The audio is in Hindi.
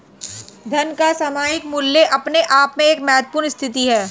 धन का सामयिक मूल्य अपने आप में एक महत्वपूर्ण स्थिति है